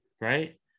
right